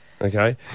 okay